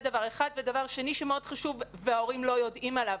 דבר שני מאוד חשוב וההורים לא יודעים עליו: